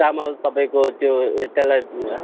चामल तपाईँको त्यो ए त्यसलाई